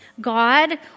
God